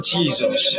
Jesus